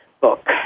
book